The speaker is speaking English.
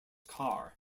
car